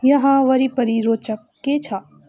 यहाँ वरिपरि रोचक के छ